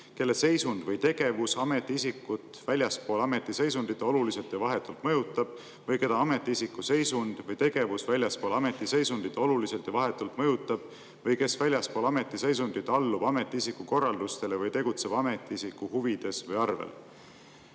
kelle seisund või tegevus ametiisikut väljaspool ametiseisundit oluliselt ja vahetult mõjutab või keda ametiisiku seisund või tegevus väljaspool ametiseisundit oluliselt ja vahetult mõjutab või kes väljaspool ametiseisundit allub ametiisiku korraldustele või tegutseb ametiisiku huvides või arvel.